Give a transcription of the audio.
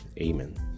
Amen